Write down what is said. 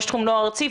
ראש תחום נוער ארצי,